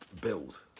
build